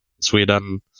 Sweden